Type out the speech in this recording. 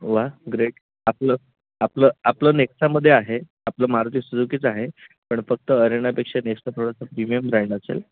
वा ग्रेट आपलं आपलं आपलं नेक्सामध्ये आहे आपलं मारती सुझुकीच आहे पण फक्त अरेनापेक्षा नेक्सा थोडंसं प्रीमियम ब्रँड असेल